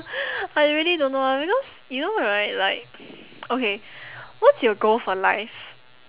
I really don't know ah because you know right like okay what's your goal for life